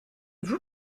vous